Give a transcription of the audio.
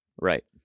Right